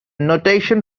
notation